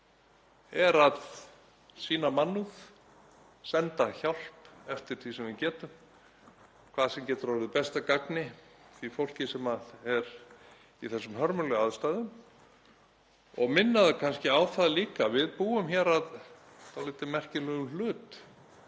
er að sýna mannúð, senda hjálp eftir því sem við getum, hvað sem getur orðið best að gagni því fólki sem er í þessum hörmulegu aðstæðum, og minna kannski á það líka að við búum hér að dálítið merkilegum hlut;